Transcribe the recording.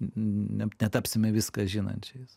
ne netapsime viską žinančiais